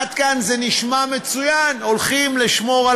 עד כאן זה נשמע מצוין: הולכים לשמור על